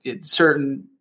certain